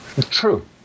True